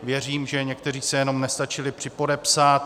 Věřím, že někteří se jenom nestačili připodepsat.